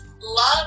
love